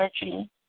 energy